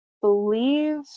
believe